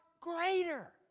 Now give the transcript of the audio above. greater